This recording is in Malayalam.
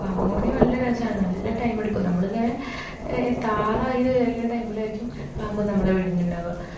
പാമ്പും കോണിയും നല്ല രസമാണ് നല്ല ടൈമെടുക്കും നമ്മളിങ്ങനെ എത്താറായി എന്നുവിചാരിക്കണ ടൈമിലായിരിക്കും പാമ്പ് നമ്മളെ വിഴുങ്ങുന്നുണ്ടാവുക